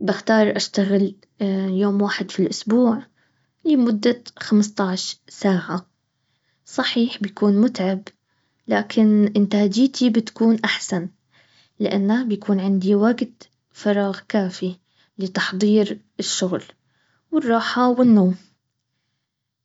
بختار اشتغل ايوم واحد في الاسبوع لمدة خمسطعش ساعة صحيح بكون متعب لكن انتاجيتي بتكون احسن لانه بكون عندي وقت فراغ كافي لتحضير الشغل. والراحة والنوم